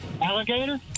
Alligator